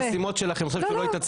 החסימות שלכם את חושבת שהוא לא יתעצבן?